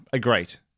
Great